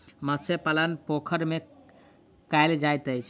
मत्स्य पालन पोखैर में कायल जाइत अछि